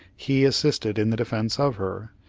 he assisted in the defense of her,